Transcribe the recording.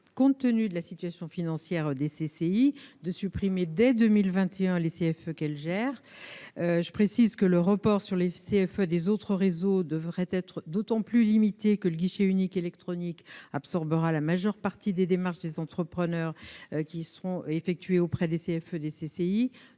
compte tenu de la situation financière des CCI, de supprimer dès 2021 les CFE qu'elles gèrent. Le report sur les CFE des autres réseaux devrait être d'autant plus limité que le guichet unique électronique absorbera la majeure partie des démarches des entrepreneurs effectuées auprès des CFE des CCI.